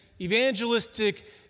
evangelistic